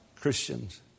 Christians